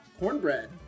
Cornbread